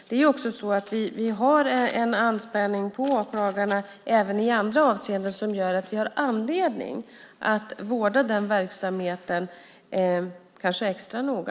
Vi har också en anspänning när det gäller åklagarna i andra avseenden som gör att vi har anledning att kanske vårda den verksamheten extra noga.